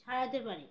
সারাতে পারি